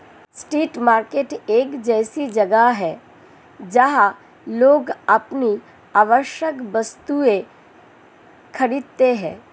street market एक ऐसी जगह है जहां लोग अपनी आवश्यक वस्तुएं खरीदते हैं